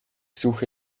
suche